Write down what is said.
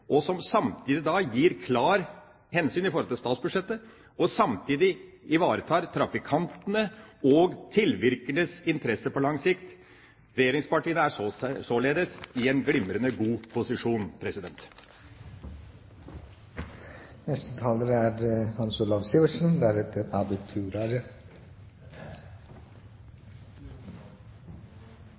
statsbudsjettet, og samtidig ivaretar trafikantenes og tilvirkernes interesse på lang sikt. Regjeringspartiene er således i en glimrende god posisjon. Jeg må nesten replisere litt til at regjeringspartiene er